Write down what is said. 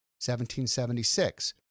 1776